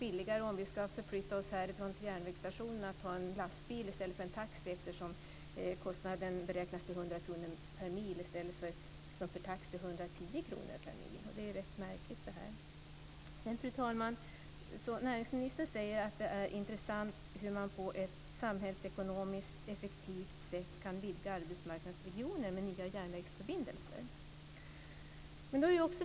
Om vi ska förflytta oss härifrån till järnvägsstationen är det billigare att ta en lastbil än en taxi. Kostnaden beräknas till 100 kr per mil, i stället för som med taxi 110 kr per mil. Det är rätt märkligt. Fru talman! Näringsministern säger att det är intressant hur man på ett samhällsekonomiskt effektivt sätt kan vidga arbetsmarknadsregioner med nya järnvägsförbindelser.